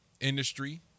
Industry